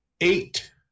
eight